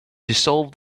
dissolve